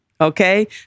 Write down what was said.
Okay